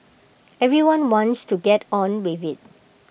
everyone wants to get on with IT